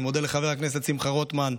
אני מודה לחבר הכנסת שמחה רוטמן,